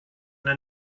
yna